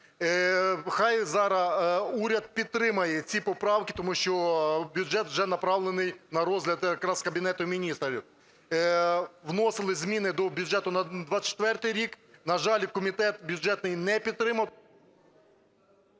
Нехай зараз уряд підтримає ці поправки, тому що бюджет вже направлений на розгляд якраз Кабінету Міністрів. Вносились зміни до бюджету на 2024 рік. На жаль, комітет бюджетний не підтримав...